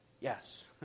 yes